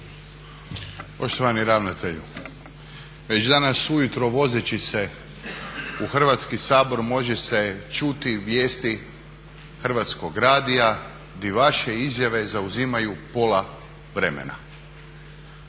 Poštovani ravnatelju već danas ujutro vozeći se u Hrvatski sabor može se čuti vijesti HR-a gdje vaše izjave zauzimaju pola vremena.